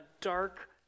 dark